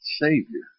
Savior